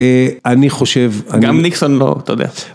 אני חושב, גם ניקסון לא, אתה יודע.